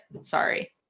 Sorry